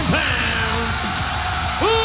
pounds